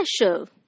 special